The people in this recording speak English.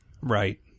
right